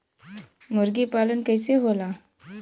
मुर्गी पालन कैसे होला?